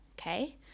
okay